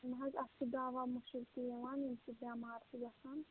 نہَ حظ اَتھ چھِ دوا مُشُک تہٕ یِوان ییٚمہِ سٍتۍ بیٚمار چھِ گژھان